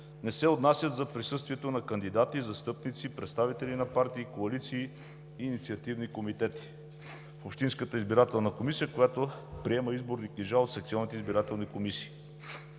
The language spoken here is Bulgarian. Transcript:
не се отнасят за присъствието на кандидати, застъпници, представители на партии, коалиции, инициативни комитети, Общинската избирателна комисия, която приема изборни книжа от секционните избирателни комисии.